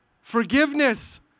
forgiveness